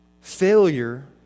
Failure